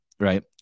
Right